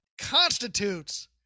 constitutes